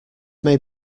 may